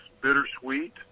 bittersweet